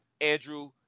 Andrew